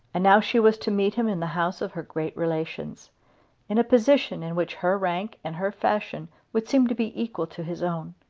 and now she was to meet him in the house of her great relations in a position in which her rank and her fashion would seem to be equal to his own.